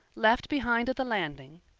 left behind at the landing!